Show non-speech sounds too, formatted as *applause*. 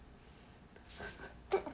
*laughs*